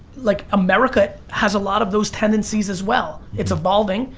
like america has a lot of those tendencies as well. it's evolving,